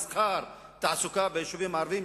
מסחר ותעסוקה ביישובים הערביים,